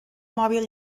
mòbil